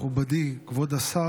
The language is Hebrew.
מכובדי כבוד השר,